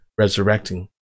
resurrecting